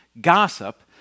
Gossip